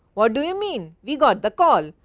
what do you mean? we got the call,